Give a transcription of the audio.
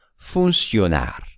Funcionar